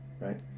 right